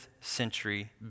century